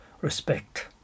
respect